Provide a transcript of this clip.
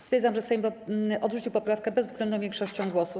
Stwierdzam, że Sejm odrzucił poprawkę bezwzględną większością głosów.